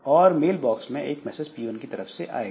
और mail box में एक मैसेज P1 की तरफ से आएगा